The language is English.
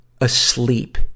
asleep